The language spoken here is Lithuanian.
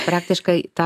praktiškai tą